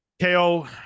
ko